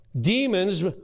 demons